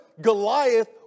Goliath